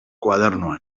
koadernoan